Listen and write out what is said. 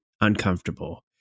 uncomfortable